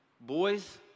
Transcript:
boys